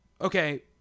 okay